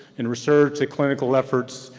and research the clinical efforts,